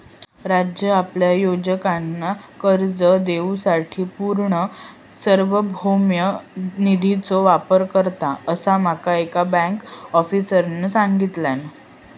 राज्य आपल्या उद्योजकांका कर्ज देवूसाठी पूर्ण सार्वभौम निधीचो वापर करता, असा माका एका बँक आफीसरांन सांगल्यान